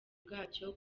bwacyo